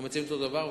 זו דעתי.